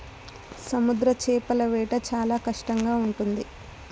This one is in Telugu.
సముద్ర చేపల వేట చాలా కష్టంగా ఉంటుంది